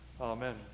Amen